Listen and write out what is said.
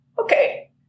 okay